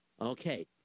Okay